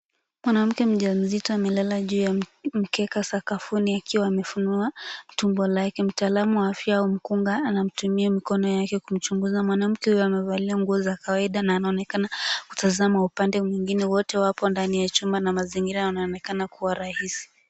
Mwanamke mjamzito amelala juu ya mkeka sakafuni akiwa amefunua tumbo lake. Mtaalamu wa afya ya ukunga, anatumia mikono yake kumchunguza. Mwanamke huyu amevalia nguo za kawaida na anaonekana kutazama upande mwengine. Wote wapo ndani ya chumba na mazingira yanaonekana kuwa rahisi.